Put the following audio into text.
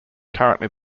currently